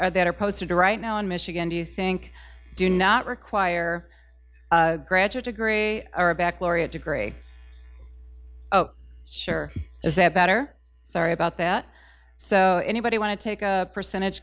that are posted to right now in michigan do you think do not require a graduate degree or a back laureate degree sure is that better sorry about that so anybody want to take a percentage